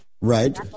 Right